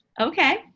Okay